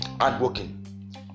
hardworking